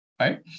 right